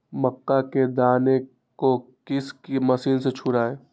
मक्का के दानो को किस मशीन से छुड़ाए?